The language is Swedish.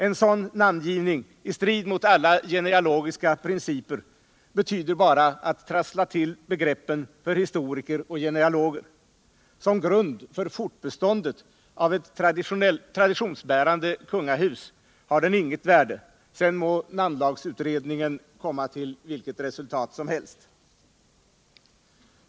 En sådan namngivning, i strid mot alla genealogiska principer, betyder bara att man trasslar till begreppen för historiker och genealoger; som grund för fortbeståndet av ett traditionsbärande kungahus har den intet värde, sedan må namnlagsutredningen komma till vilket resultat som helst.